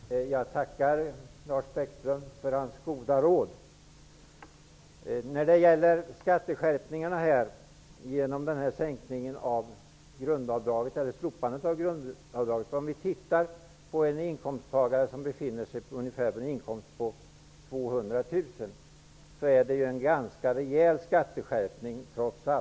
Herr talman! Jag tackar Lars Bäckström för hans goda råd. Vi talar nu om skatteskärpningar till följd av slopade grundavdrag. Vi kan ta en inkomsttagare med en årsinkomst på ca 200 000 kr som exempel. Det blir trots allt fråga om en ganska rejäl skatteskärpning.